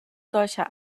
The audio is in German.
solcher